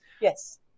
Yes